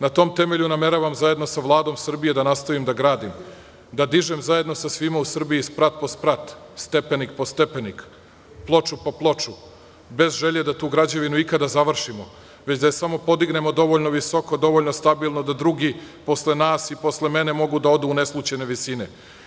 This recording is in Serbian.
Na tom temelju nameravam, zajedno sa Vladom Srbije, da nastavim da gradim, da dižem zajedno sa svima u Srbiji sprat po sprat, stepenik po stepenik, ploču po ploču, bez želje da tu građevinu ikada završimo, već da je samo podignemo dovoljno visoko, dovoljno stabilno da drugi posle nas i posle mene mogu da odu u neslućene visine.